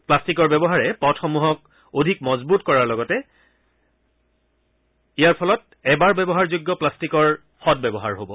প্লাষ্টিকৰ ব্যৱহাৰে পথসমূহক অধিক মজবুত কৰাৰ লগতে ইয়াৰ ফলত এবাৰ ব্যৱহাত প্লাষ্টিকৰ সদব্যৱহাৰ হব